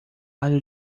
lado